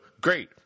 great